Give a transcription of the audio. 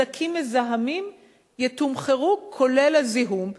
דלקים מזהמים יתומחרו כולל הזיהום,